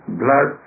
blood